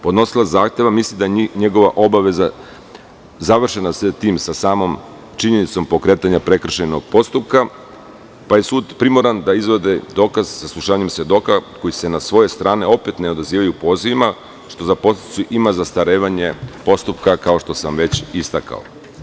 Podnosilac zahteva misli da je njegova obaveza završena sa samom činjenicom pokretanja prekršajnog postupka, pa je sud primoran da izvede dokaz saslušanjem svedoka, koji se na sojoj strani opet ne odazivaju pozivima, što za posledicu ima zastarevanje postupka, kao što sam već istakao.